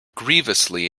grievously